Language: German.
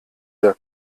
der